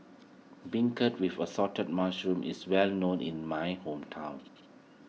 Beancurd with Assorted Mushrooms is well known in my hometown